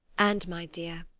and, my dear,